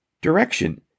direction